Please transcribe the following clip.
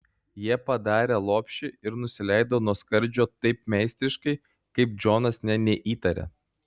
jie padarė lopšį ir nusileido nuo skardžio taip meistriškai kaip džonas nė neįtarė